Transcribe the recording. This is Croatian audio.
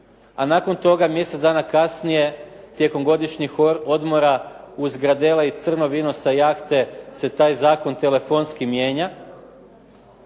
a nakon toga mjesec dana kasnije tijekom godišnjih odmora uz gradele i crno vino sa jahte se taj zakon telefonski mijenja,